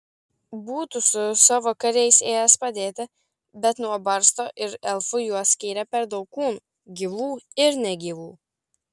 būtų su savo kariais ėjęs padėti bet nuo barsto ir elfų juos skyrė per daug kūnų gyvų ir negyvų